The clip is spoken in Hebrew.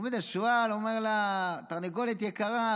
עומד השועל ואומר לה: תרנגולת יקרה,